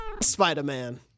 Spider-Man